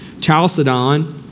Chalcedon